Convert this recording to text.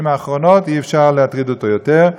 האחרונות אי-אפשר להטריד אותו יותר.